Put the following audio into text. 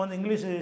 English